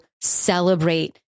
celebrate